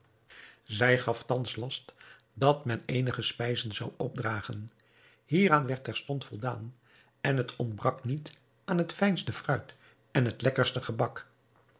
zij gaf thans last dat men eenige spijzen zou opdragen hieraan werd terstond voldaan en het ontbrak niet aan het fijnste fruit en het lekkerste gebak